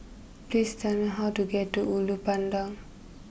please tell me how to get to Ulu Pandan